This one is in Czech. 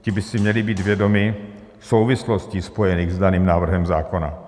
Ti by si měli být vědomi souvislostí, spojených s daným návrhem zákona.